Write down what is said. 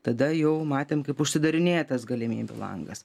tada jau matėm kaip užsidarinėja tas galimybių langas